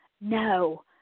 No